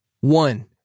One